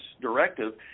directive